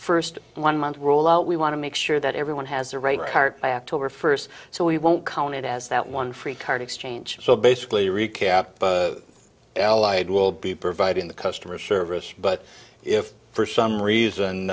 first one month roll out we want to make sure that everyone has a right heart by october first so we won't count it as that one free card exchange so basically recap allied will be providing the customer service but if for some reason